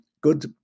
good